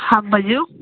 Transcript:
हँ बाजू